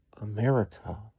America